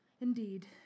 indeed